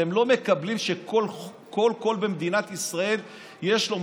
אתם לא מקבלים שכל קול במדינת ישראל יש לו,